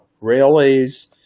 railways